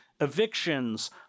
evictions